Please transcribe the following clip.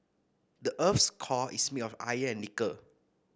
the earth's core is made of iron and nickel